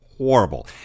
horrible